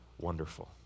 wonderful